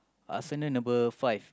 Arsenal number five